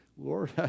Lord